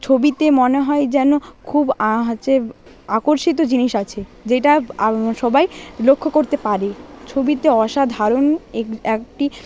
ছবিতে মনে হয় যেন খুব আছে আকর্ষিত জিনিস আছে যেইটা সবাই লক্ষ্য করতে পারে ছবিতে অসাধারণ একটি